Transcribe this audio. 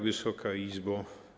Wysoka Izbo!